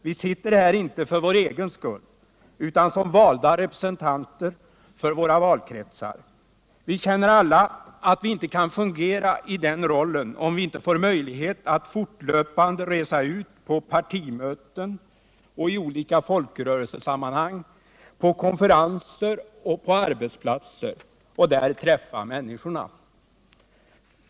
Vi sitter här, inte för vår egen skull utan som valda representanter för våra valkretsar. Vi känner alla att vi inte kan fungera i den rollen om vi inte får möjlighet att fortlöpande resa ut på partimöten, till olika folkrörelsesammankomster, till konferenser och arbetsplatser, och där träffa människorna.